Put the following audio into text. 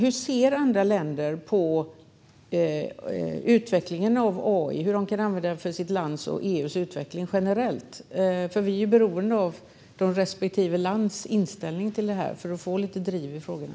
Hur ser andra länder på utvecklingen av AI när det gäller hur de kan använda AI för sitt eget lands utveckling och för EU:s utveckling generellt? Vi är ju beroende av andra länders inställning till detta för att få lite driv i de här frågorna.